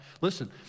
Listen